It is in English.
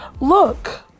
look